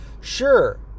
Sure